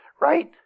right